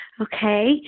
Okay